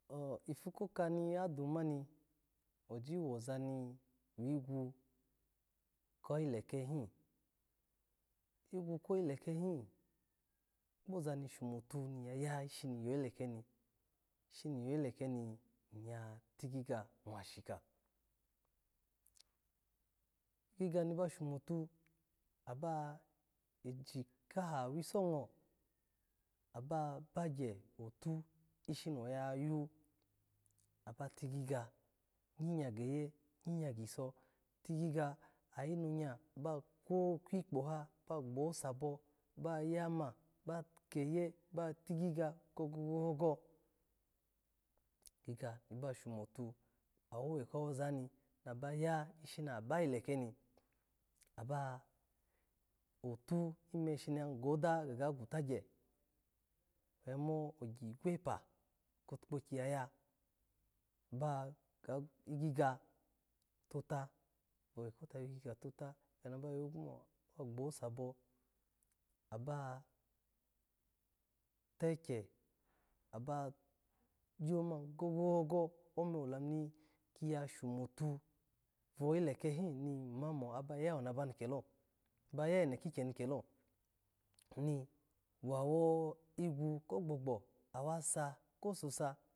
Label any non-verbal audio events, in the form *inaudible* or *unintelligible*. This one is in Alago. Oh ipu koka nadumani, oji *unintelligible* wigwu koyi lekehi, igwen koyi lekehi kpoza ni shomata ni ya ya ishimi yoyi leke ni, ishimi yoyi leke ni iya tigiga mwashika, igiga ni ba shomotu aba ejeji kaha wisongo, aba bagye kwotu ishi no oya ya yu, aba tigiga, gyigya geye, gyigye giso ba tigiga ayi monya ba kwikpo ha ba gbosabo, ba yama ba geye ba tigiga gogo-gogo, igiga basho mofu awowe ka woza ni naba ya ishi na bayi leke ni, aba-a-out eme sha goda gwatgye, amo ogye igwepa kotukpoki ya ya, aba gigi tota, owone ko ga tigaga tota za ni aba yogwu mo gbosabo, aba tekye, aba yomani gogo-gogo, ome damu niki yashomotu noyi lekehi nimano aba ya naba mi kilo, aba ya eno kikyeni kelo, *unintelligible* wawo igwu kogbogba awasa ko sosa.